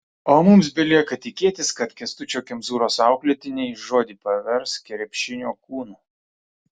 o mums belieka tikėtis kad kęstučio kemzūros auklėtiniai žodį pavers krepšinio kūnu